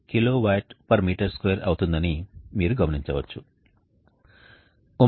38 kWm2 అవుతుందని మీరు గమనించవచ్చు